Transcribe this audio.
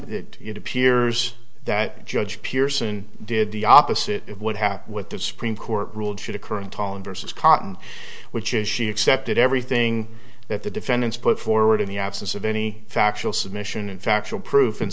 that it appears that judge pearson did the opposite of what happened with the supreme court ruled should occur in tone versus cotton which is she accepted everything that the defendants put forward in the absence of any factual submission in factual pro